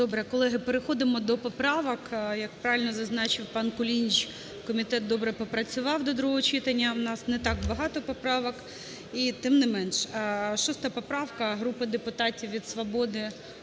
Добре, колеги, переходимо до поправок. Як правильно зазначив пан Кулініч, комітет добре попрацював до другого читання, нас не так багато поправок, і тим не менше. 6 поправка групи депутатів від "Свободи".